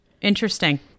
Interesting